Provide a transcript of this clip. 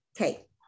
Okay